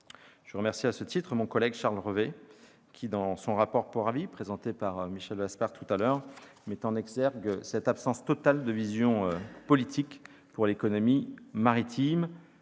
Je remercie à ce titre mon collègue Charles Revet qui, dans son rapport pour avis présenté par Michel Vaspart, met en exergue cette absence totale de vision politique pour l'économie maritime,